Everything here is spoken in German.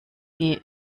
die